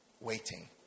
waiting